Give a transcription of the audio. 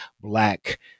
black